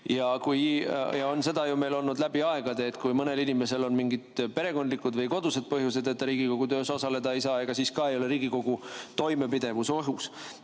haige. Seda on meil olnud ju läbi aegade, et kui mõnel inimesel on mingid perekondlikud või kodused põhjused, et ta Riigikogu töös osaleda ei saa, ega siis ka ei ole Riigikogu toimepidevus ohus. Aga